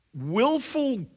willful